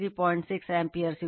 6 ampere ಸಿಗುತ್ತದೆ